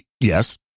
yes